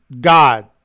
God